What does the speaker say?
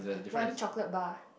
one chocolate bar